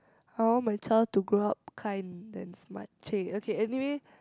I want my child to grow up kind than smart !chey! okay anyway